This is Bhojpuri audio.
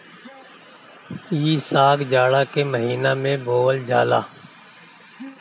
इ साग जाड़ा के महिना में बोअल जाला